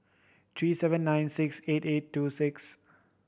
three seven nine six eight eight two six